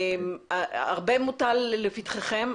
הרבה מוטל לפתחכם,